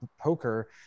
poker